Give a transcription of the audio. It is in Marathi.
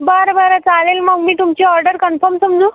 बरं बरं चालेल मग मी तुमची ऑर्डर कन्फम समजू